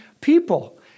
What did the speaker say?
people